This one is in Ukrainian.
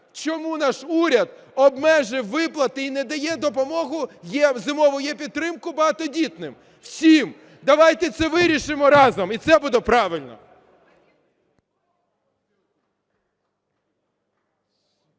чому наш уряд обмежив виплати і не дає допомогу "Зимову єПідтримку" багатодітним всім? Давайте це вирішимо разом, і це буде правильно.